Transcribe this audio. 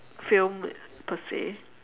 film per se